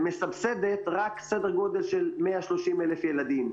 ומסבסדת רק סדר גודל של 130 אלף ילדים,